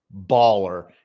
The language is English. baller